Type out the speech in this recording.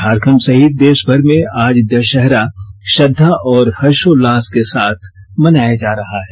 झारखंड सहित दे ामर में आज द ाहरा श्रद्वा और हर्शोंल्लास के साथ मनाया जा रहा है